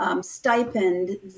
Stipend